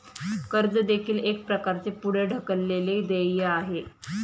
कर्ज देखील एक प्रकारचे पुढे ढकललेले देय आहे